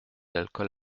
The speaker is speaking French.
l’alcool